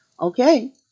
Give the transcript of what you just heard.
Okay